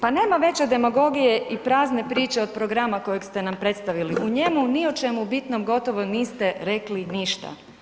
Pa nema veće demagogije i prazne priče od programa kojeg ste nam predstavili u njemu ni o čemu bitnom gotovo niste rekli ništa.